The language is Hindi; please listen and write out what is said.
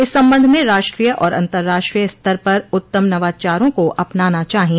इस संबंध में राष्ट्रीय और अन्तर्राष्ट्रीय स्तर पर उत्तम नवाचारों को अपनाना चाहिए